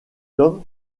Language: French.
homme